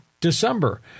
December